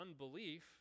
unbelief